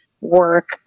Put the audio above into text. work